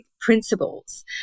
principles